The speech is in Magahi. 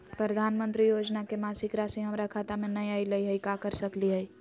प्रधानमंत्री योजना के मासिक रासि हमरा खाता में नई आइलई हई, का कर सकली हई?